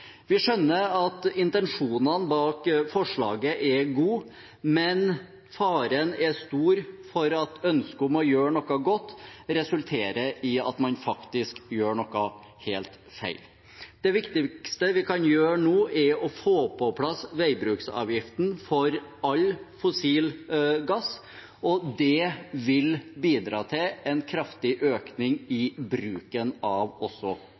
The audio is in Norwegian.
Vi skjønner at intensjonene bak forslagene er gode, men faren er stor for at ønsket om å gjøre noe godt resulterer i at man faktisk gjør noe helt feil. Det viktigste vi kan gjøre nå, er å få på plass veibruksavgiften for all fossil gass. Det vil også bidra til en kraftig økning i bruken av